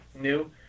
new